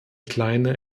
kleine